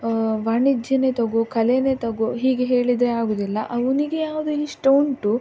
ವಾಣಿಜ್ಯನೇ ತಗೋ ಕಲೆನೇ ತಗೋ ಹೀಗೆ ಹೇಳಿದರೆ ಆಗುವುದಿಲ್ಲ ಅವನಿಗೆ ಯಾವುದು ಇಷ್ಟ ಉಂಟು